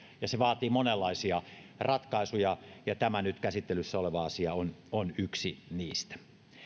ja se vaatii monenlaisia ratkaisuja ja tämä nyt käsittelyssä oleva asia on on yksi niistä